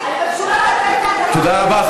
תודה רבה,